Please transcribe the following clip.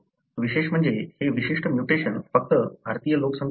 विशेष म्हणजे हे विशिष्ट म्युटेशन फक्त भारतीय लोकसंख्येमध्येच आहे